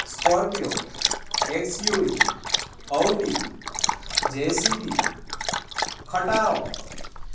Scorpio XUV Audi JCB ખટારો